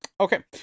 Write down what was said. Okay